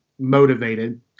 motivated